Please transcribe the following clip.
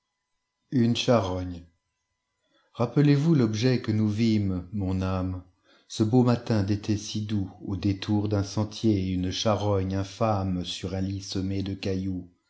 une charogne rappelez-vous l'objet que nous vîmes mon âme ce beau matin d'été si doux au détour d'un sentier une charogne infâmesur un lit semé de cailloux